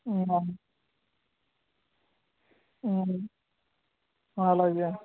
అలాగే